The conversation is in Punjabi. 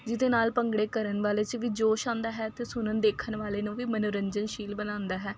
ਜਿਹਦੇ ਨਾਲ ਭੰਗੜੇ ਕਰਨ ਵਾਲੇ 'ਚ ਵੀ ਜੋਸ਼ ਆਉਂਦਾ ਹੈ ਅਤੇ ਸੁਣਨ ਦੇਖਣ ਵਾਲੇ ਨੂੰ ਵੀ ਮਨੋਰੰਜਨ ਸ਼ੀਲ ਬਣਾਉਂਦਾ ਹੈ